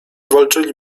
walczyli